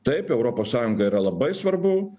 taip europos sąjunga yra labai svarbu